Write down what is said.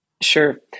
Sure